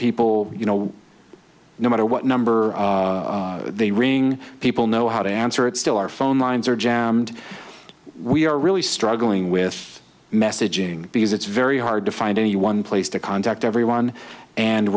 people you know no matter what number they ring people know how to answer it still our phone lines are jammed we are really struggling with messaging because it's very hard to find any one place to contact everyone and